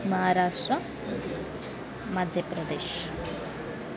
Maharashtra Madhya Pradesh